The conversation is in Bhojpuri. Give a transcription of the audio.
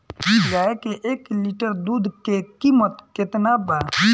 गाय के एक लीटर दुध के कीमत केतना बा?